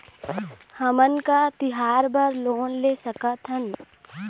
हमन का तिहार बर लोन ले सकथन?